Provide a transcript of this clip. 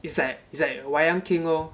is like it's like wayang king lor